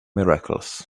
miracles